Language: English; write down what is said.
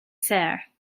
cere